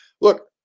Look